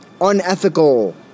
unethical